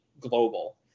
global